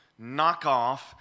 knockoff